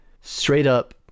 straight-up